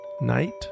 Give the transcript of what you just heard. night